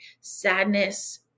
sadness